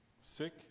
Sick